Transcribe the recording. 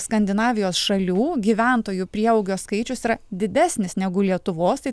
skandinavijos šalių gyventojų prieaugio skaičius yra didesnis negu lietuvos tai